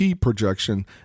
projection